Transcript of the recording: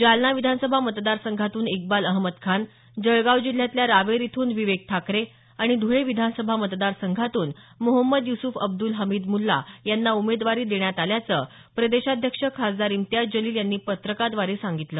जालना विधानसभा मतदारसंघातून इकबाल अहमद खान जळगाव जिल्ह्यातल्या रावेर इथून विवेक ठाकरे आणि धुळे विधानसभा मतदारसंघातून मोहम्मद युसुफ अब्दुल हमिद मुल्ला यांना उमेदवारी देण्यात आल्याचं प्रदेशाध्यक्ष खासदार इम्तियाज जलिल यांनी पत्रकाद्वारे सांगितलं